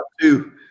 two